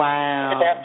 Wow